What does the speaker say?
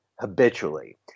habitually